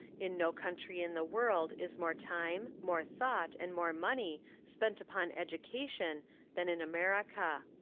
in no country in the world is more time, more thought, and more money spent upon education than in america.